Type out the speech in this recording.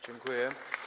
Dziękuję.